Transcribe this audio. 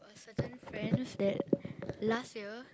certain friends that last year